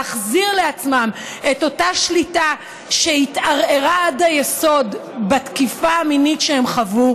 להחזיר לעצמם את אותה שליטה שהתערערה עד היסוד בתקיפה המינית שהם חוו,